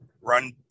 run